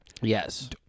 Yes